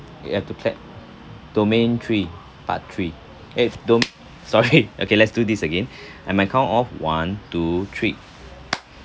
you have to clap domain three part three eh dom~ sorry okay let's do this again at my count of one two three